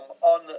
on